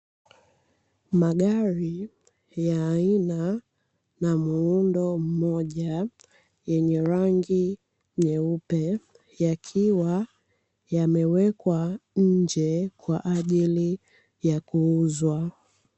Magari ya aina na muundo mmoja yenye rangi nyeupe, yakiwa yamewekwa nje kwa ajili ya kuuzwa.